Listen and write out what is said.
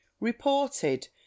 reported